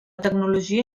tecnologia